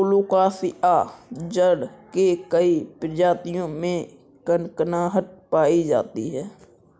colocasia जड़ के कई प्रजातियों में कनकनाहट पायी जाती है